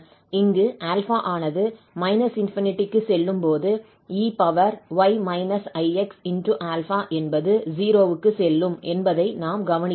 இங்கு 𝛼 ஆனது ∞ க்கு செல்லும் போது 𝑒𝑦−𝑖𝑥𝛼 என்பது 0 க்கு செல்லும் என்பதையும் நாம் கவனிக்க வேண்டும்